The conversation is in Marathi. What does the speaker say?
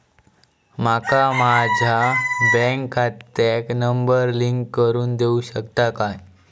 माका माझ्या बँक खात्याक नंबर लिंक करून देऊ शकता काय?